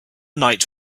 night